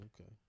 Okay